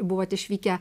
buvot išvykę